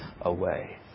away